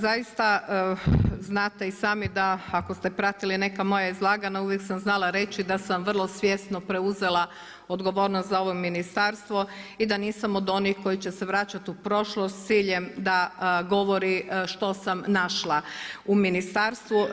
Zaista znate i sami da ako ste pratili neka moja izlaganja uvijek sam znala reći da sam vrlo svjesno preuzela odgovornost za ovo ministarstvo i da nisam od onih koji će se vraćati u prošlost s ciljem da govori što sam našla u ministarstvu.